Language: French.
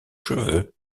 cheveux